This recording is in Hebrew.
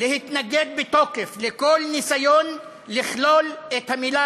להתנגד בתוקף לכל ניסיון לכלול את המילה